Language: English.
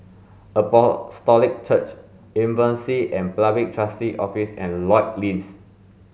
Apostolic Church Insolvency and Public Trustee's Office and Lloyds Inn